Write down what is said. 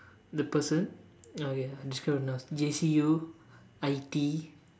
the person okay I am just going to ask J_C_U I_T